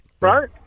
Right